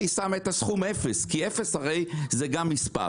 היא שמה את הסכום אפס, כי אפס, הרי, זה גם מספר.